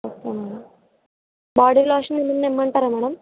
okay madam body lotion ఏమన్నా ఇమ్మంటారా madam